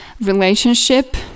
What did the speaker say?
relationship